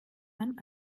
man